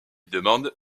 demande